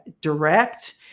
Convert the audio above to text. direct